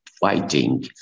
fighting